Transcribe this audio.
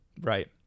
Right